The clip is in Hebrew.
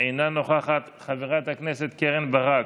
אינה נוכחת, חברת הכנסת קרן ברק,